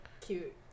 cute